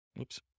Oops